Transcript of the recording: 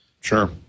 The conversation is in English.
Sure